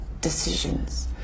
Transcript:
decisions